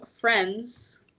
friends